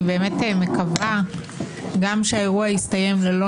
אני באמת מקווה גם שהאירוע יסתיים ללא